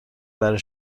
برای